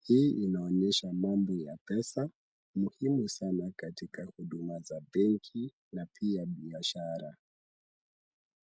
Hii inaonyesha mambo ya pesa muhimu sana katika huduma za benki na pia biashara.